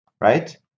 Right